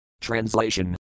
Translation